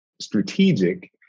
strategic